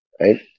Right